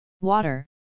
Water